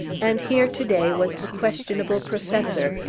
and here, to-day, was the questionable professor,